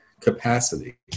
capacity